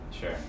sure